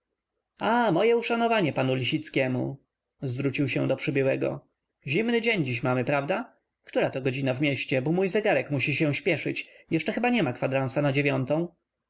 a moje uszanowanie panu lisieckiemu zwrócił się do przybyłego zimny dzień mamy prawda która też godzina w mieście bo mój zegarek musi się spieszyć jeszcze chyba nie ma kwadransa na dziewiątą